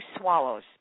swallows